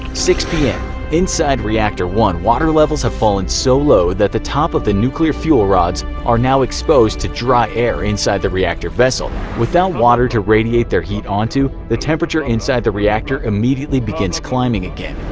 six zero pm inside reactor one water levels have fallen so low that the top of the nuclear fuel rods are now exposed to dry air inside the reactor vessel. without water to radiate their heat onto, the temperature inside the reactor immediately begins climbing again.